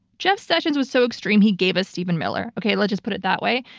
jeff sessions was so extreme he gave us stephen miller okay let's just put it that way.